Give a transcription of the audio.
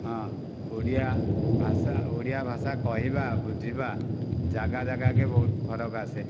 ହଁ ଓଡ଼ିଆ ଭାଷା ଓଡ଼ିଆ ଭାଷା କହିବା ବୁଝିବା ଜାଗା ଜାଗା କେ ବହୁତ ଫରକ ଆସେ